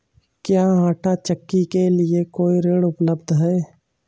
क्या आंटा चक्की के लिए कोई ऋण उपलब्ध है?